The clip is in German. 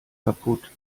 kaputt